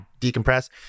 decompress